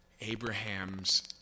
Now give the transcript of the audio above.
Abraham's